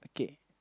okay